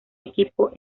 equipo